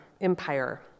Empire